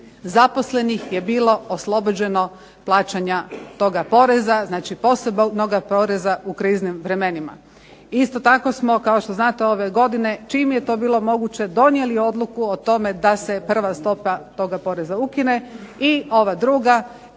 zaposlenih je bilo oslobođeno plaćanja toga poreza, znači posebnoga poreza u kriznim vremenima. Isto tako smo, kao što znate, ove godine čim je to bilo moguće donijeli odluku o tome da se prva stopa toga poreza ukine i ova druga